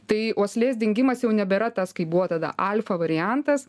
tai uoslės dingimas jau nebėra tas kaip buvo tada alfa variantas